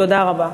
תודה רבה.